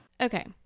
Okay